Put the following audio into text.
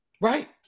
Right